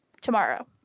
tomorrow